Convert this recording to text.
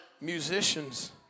musicians